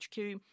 HQ